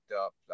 up